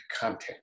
content